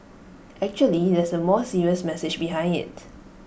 actually there's A more serious message behind IT